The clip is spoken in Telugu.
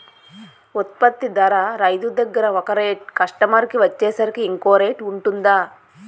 ఉత్పత్తి ధర రైతు దగ్గర ఒక రేట్ కస్టమర్ కి వచ్చేసరికి ఇంకో రేట్ వుంటుందా?